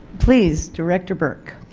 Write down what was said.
please director burke